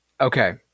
Okay